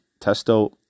Testo